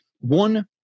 One